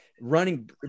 running